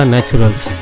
Naturals